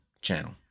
channel